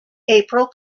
april